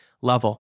level